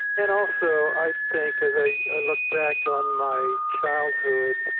and also, i think as i look back on my childhood,